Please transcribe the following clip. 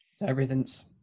everything's